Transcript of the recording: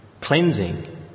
cleansing